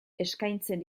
eskaintzen